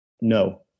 no